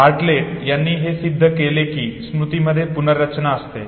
Bartlett यांनी हे सिद्ध केले की स्मृतीमध्ये पुनर्रचना असते